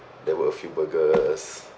there were a few burgers